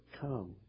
come